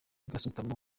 gasutamo